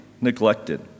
neglected